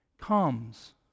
comes